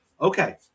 Okay